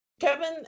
Kevin